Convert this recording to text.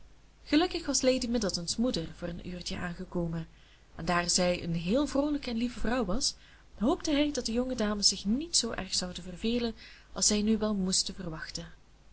gelukkig was lady middleton's moeder voor een uurtje aangekomen en daar zij een heel vroolijke en lieve vrouw was hoopte hij dat de jonge dames zich niet zoo erg zouden vervelen als zij nu wel moesten verwachten